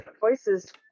voices